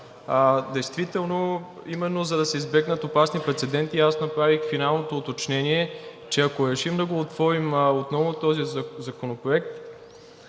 Действително именно за да се избегнат опасни прецеденти, и аз направих финалното уточнение, че ако решим да го отворим отново този законопроект,